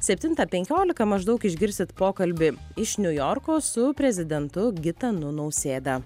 septintą penkiolika maždaug išgirsit pokalbį iš niujorko su prezidentu gitanu nausėda